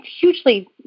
hugely